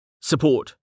Support